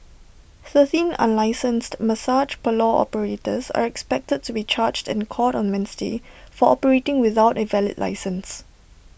thirteen unlicensed massage parlour operators are expected to be charged in court on Wednesday for operating without A valid licence